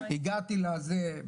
הגעתי לזה,